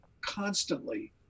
constantly